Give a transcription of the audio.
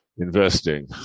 investing